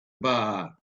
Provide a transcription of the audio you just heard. bar